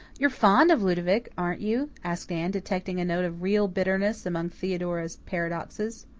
you're fond of ludovic, aren't you? asked anne, detecting a note of real bitterness among theodora's paradoxes.